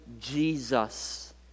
Jesus